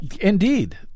Indeed